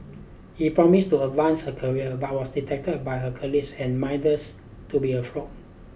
he promised to advance her career but was detected by her colleagues and minders to be a fraud